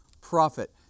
profit